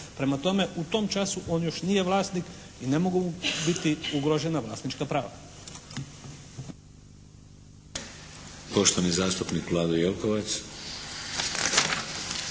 Prema tome u tom času on još nije vlasnik i ne mogu mu biti ugrožena vlasnička prava.